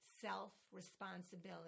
self-responsibility